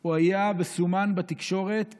הוא היה מסומן בתקשורת כאויב,